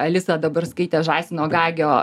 alisa dabar skaitė žąsino gagio